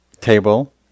table